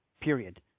period